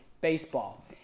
baseball